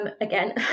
again